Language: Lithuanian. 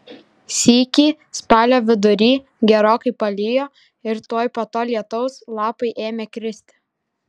sykį spalio vidury gerokai palijo ir tuoj po to lietaus lapai ėmė kristi